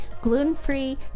gluten-free